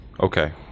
Okay